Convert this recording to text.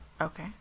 Okay